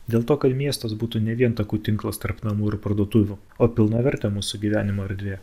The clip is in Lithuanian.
dėl to kad miestas būtų ne vien takų tinklas tarp namų ir parduotuvių o pilnavertė mūsų gyvenimo erdvė